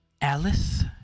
Alice